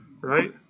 right